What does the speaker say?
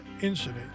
incident